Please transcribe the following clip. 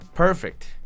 Perfect